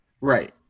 Right